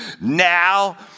now